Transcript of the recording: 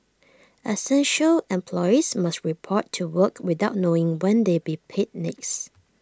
essential employees must report to work without knowing when they'll be paid next